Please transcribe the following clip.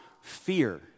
fear